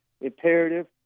imperative